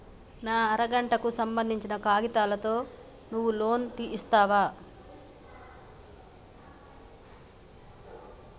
నా అర గంటకు సంబందించిన కాగితాలతో నువ్వు లోన్ ఇస్తవా?